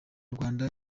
rwanda